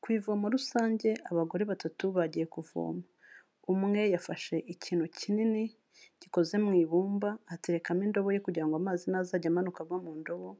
Ku ivomo rusange, abagore batatu bagiye kuvoma, umwe yafashe ikintu kinini gikoze mu ibumba aterekamo indobo ye, kugira ngo amazi nazajya amanuka ava mu ndobo,